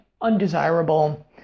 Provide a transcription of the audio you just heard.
undesirable